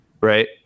Right